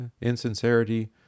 Insincerity